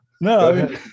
No